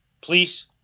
Please